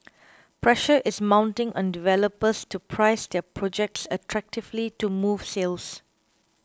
pressure is mounting on developers to price their projects attractively to move sales